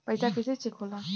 पैसा कइसे चेक होला?